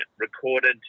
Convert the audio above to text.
recorded